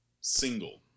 single